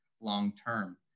long-term